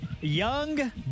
Young